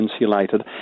insulated